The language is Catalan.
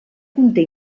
conté